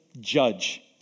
judge